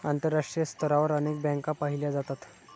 आंतरराष्ट्रीय स्तरावर अनेक बँका पाहिल्या जातात